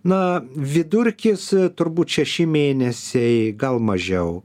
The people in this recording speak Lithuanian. na vidurkis turbūt šeši mėnesiai gal mažiau